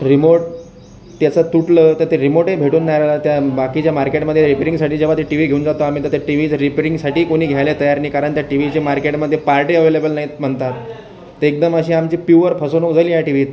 remote त्याचं तुटलं तर ते रिमोटही भेटून ना राहिलं त्या बाकीच्या मार्केटमध्ये रिपेरिंगसाठी जेव्हा ते टी व्ही घेऊन जातो आम्ही तेव्हा तर टी व्ही रेपाइरींगसाठी कोणी घ्यायला तयार नाही कारण त्या टी व्हीच्या मार्केटमध्ये पार्टही अवेलेबल नाही म्हणतात ते एकदम अशी आमची प्युअर फसवणूक झाली या टी व्हीत